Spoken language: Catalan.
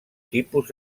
tipus